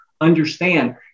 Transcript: understand